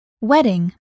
Wedding